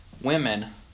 women